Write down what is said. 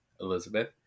elizabeth